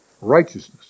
Righteousness